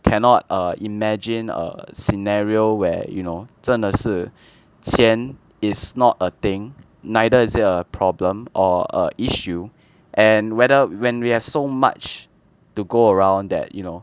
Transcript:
cannot err imagine a scenario where you know 真的是钱 is not a thing neither is it a problem or a issue and whether when we have so much to go around that you know